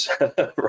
right